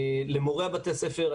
למורי בתי הספר.